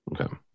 Okay